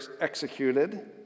executed